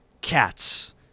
Cats